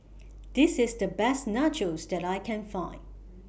This IS The Best Nachos that I Can Find